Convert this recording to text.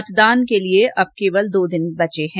मतदान के लिए केवल दो दिन बचे हैं